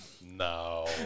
No